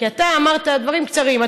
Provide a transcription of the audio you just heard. כי אתה אמרת דברים קצרים.